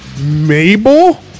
Mabel